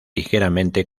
ligeramente